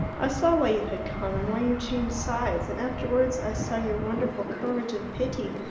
i saw why you had come, and why you changed sides, and afterwards i saw your wonderful courage and pity.